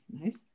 Nice